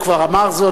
הוא כבר אמר זאת.